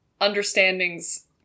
understandings